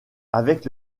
avec